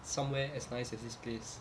somewhere as nice as this place